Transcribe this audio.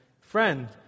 Friend